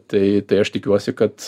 tai tai aš tikiuosi kad